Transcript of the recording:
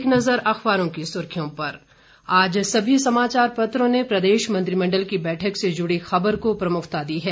एक नज़र अखबारों की सुर्खियों पर आज सभी समाचार पत्रों ने प्रदेश मंत्रिमंडल की बैठक से जुड़ी खबर को प्रमुखता दी है